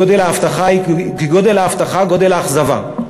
כגודל ההבטחה גודל האכזבה.